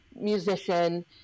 musician